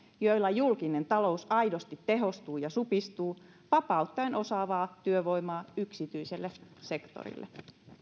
joilla julkinen talous aidosti tehostuu ja supistuu vapauttaen osaavaa työvoimaa yksityiselle sektorille